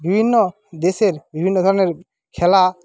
বিভিন্ন দেশের বিভিন্ন ধরণের খেলা